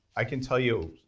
i can tell you,